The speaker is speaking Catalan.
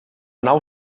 nau